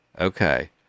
Okay